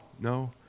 no